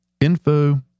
info